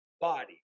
body